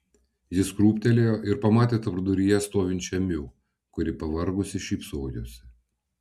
jis krūptelėjo ir pamatė tarpduryje stovinčią miu kuri pavargusi šypsojosi